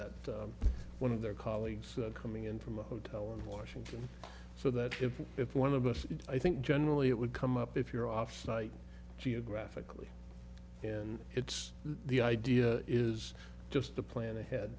that one of their colleagues coming in from a hotel in washington so that if if one of us did i think generally it would come up if you're offsite geographically and it's the idea is just the plan ahead